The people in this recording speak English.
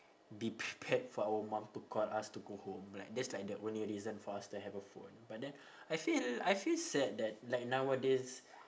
be prepared for our mum to call us to go home like that's like the only reason for us to have a phone but then I feel I feel sad that like nowadays